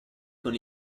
con